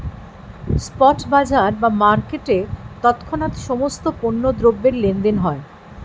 spot বাজার বা মার্কেটে তৎক্ষণাৎ সমস্ত পণ্য দ্রব্যের লেনদেন হয়